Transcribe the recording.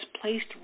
placed